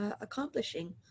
accomplishing